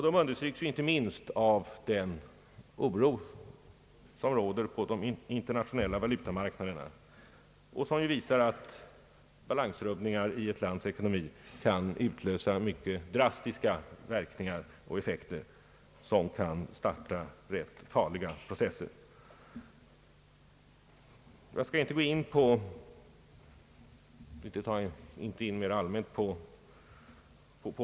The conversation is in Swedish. Det understryks inte minst av den oro som råder på de internationella valutamarknaderna och som ju visar att balansrubbningar i ett lands ekonomi kan utlösa mycket drastiska effekter, vilka kan skapa rätt farliga processer. Jag skall inte gå in på valutafrågorna mera allmänt.